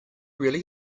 really